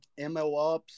MLOps